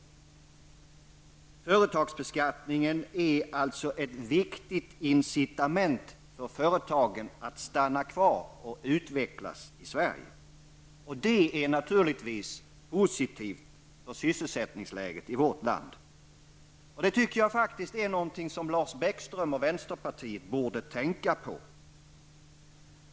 Företagsbeskattningen är alltså ett viktigt incitament för företagen att stanna kvar och utvecklas i Sverige. Det är naturligtvis positivt för sysselsättningsläget i vårt land, och det är någonting som Lars Bäckström och vänsterpartiet borde tänka på.